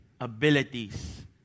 abilities